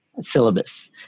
Syllabus